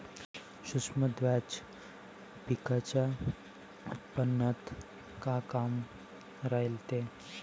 सूक्ष्म द्रव्याचं पिकाच्या उत्पन्नात का काम रायते?